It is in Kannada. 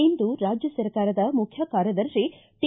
ಇಂದು ರಾಜ್ಯ ಸರ್ಕಾರದ ಮುಖ್ಯ ಕಾರ್ಯದರ್ಶಿ ಟಿ